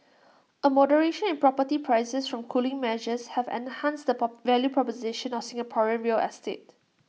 A moderation in property prices from cooling measures have enhanced the po value proposition of Singapore real estate